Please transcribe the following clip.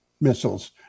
missiles